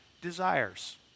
desires